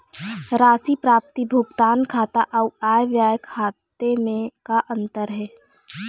राशि प्राप्ति भुगतान खाता अऊ आय व्यय खाते म का अंतर हे?